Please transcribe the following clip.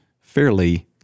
fairly